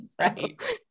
Right